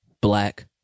black